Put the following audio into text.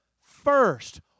first